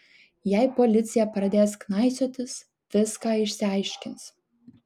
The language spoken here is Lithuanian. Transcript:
jei policija pradės knaisiotis viską išaiškins